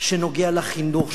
שנוגע לחינוך,